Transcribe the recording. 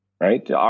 Right